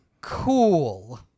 Cool